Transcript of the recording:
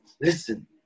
Listen